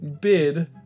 Bid